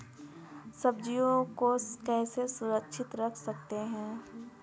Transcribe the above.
सब्जियों को कैसे सुरक्षित रख सकते हैं?